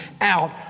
out